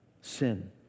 sin